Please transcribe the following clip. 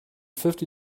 fifty